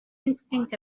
instinct